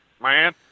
man